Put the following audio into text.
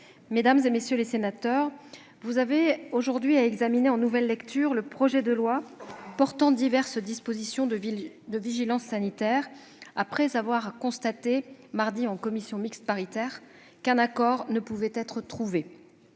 mesdames, messieurs les sénateurs, vous examinez aujourd'hui en nouvelle lecture le projet de loi portant diverses dispositions de vigilance sanitaire, après avoir constaté mardi en commission mixte paritaire qu'un accord ne pouvait être trouvé.